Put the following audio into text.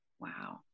wow